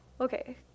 Okay